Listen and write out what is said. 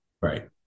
Right